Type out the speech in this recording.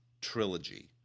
trilogy